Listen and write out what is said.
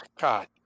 God